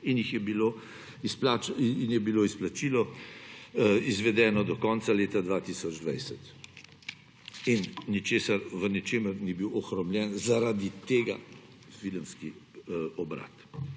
in je bilo izplačilo izvedeno do konca leta 2020. In v ničemer ni bil ohromljen zaradi tega filmski obrat.